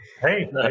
Hey